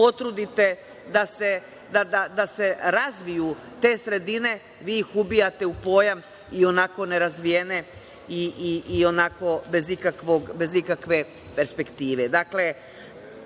da se razviju te sredine, vi ih ubijate u pojam ionako nerazvijene i onako bez ikakve perspektive. Predložili